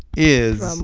is,